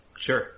sure